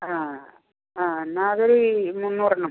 ആ ആ എന്നാൽ അതൊരു മുന്നൂറെണ്ണം